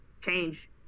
change